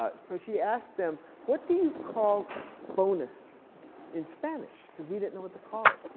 ah so she asked them, what do you call bonus in spanish, because we didn't know what to call it.